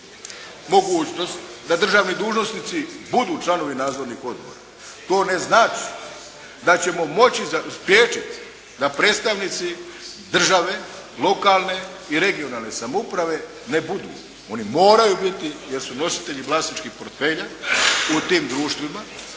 mogućnost da državni dužnosnici budu članovi nadzornih odbora to ne znači da ćemo moći spriječiti da predstavnici države, lokalne i regionalne samouprave ne budu. Oni moraju biti jer su nositelji vlasničkih portfelja u tim društvima